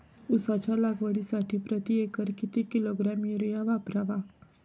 उसाच्या लागवडीसाठी प्रति एकर किती किलोग्रॅम युरिया वापरावा?